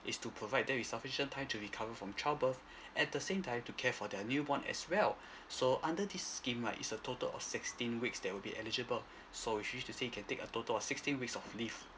is to provide there is sufficient time to recover from child birth at the same time to care for their new born as well so under this scheme right is a total of sixteen weeks that will be eligible so usually to say you can take a total of sixteen weeks of leave